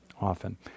often